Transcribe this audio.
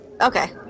Okay